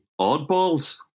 oddballs